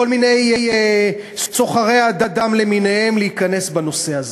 מיני סוחרי אדם למיניהם להיכנס בנושא הזה.